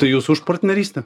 tai jūs už partnerystę